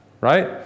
right